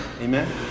Amen